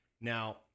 Now